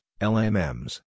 LMMs